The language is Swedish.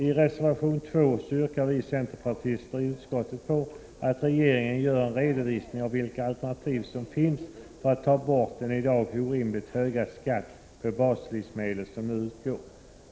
I reservation nr 2 yrkar vi centerpartister i utskottet på att regeringen gör en redovisning av vilka alternativ som finns för att ta bort den i dag orimligt höga skatt på baslivsmedel som utgår.